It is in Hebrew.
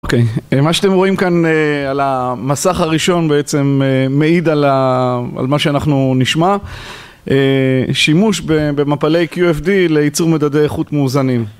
אוקיי, מה שאתם רואים כאן על המסך הראשון, בעצם מעיד על מה שאנחנו נשמע, שימוש במפלי QFD ליצור מדדי איכות מאוזנים.